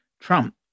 trump